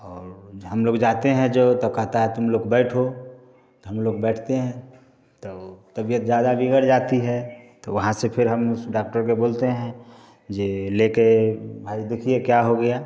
और हम लोग जाते हैं जो तो कहता है तुम लोग बैठो तो हम लोग बैठते हैं तो तबियत ज़्यादा बिगड़ जाती है तो वहाँ से फिर हम उस डाक्टर को बोलते हैं जो लेके भाई देखिए ये क्या हो गया